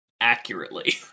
accurately